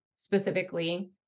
specifically